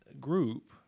group